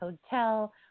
Hotel